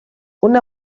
una